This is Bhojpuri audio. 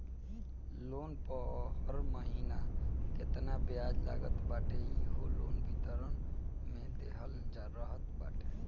लोन पअ हर महिना केतना बियाज लागत बाटे इहो लोन विवरण में देहल रहत बाटे